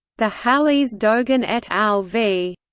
the halis dogan et al v.